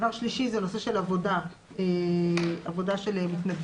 דבר שלישי זה נושא עבודה של מתנדבים,